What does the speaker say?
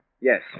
Yes